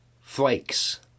Flakes